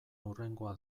hurrengoa